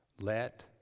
let